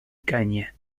caña